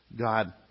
God